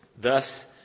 Thus